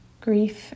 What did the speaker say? grief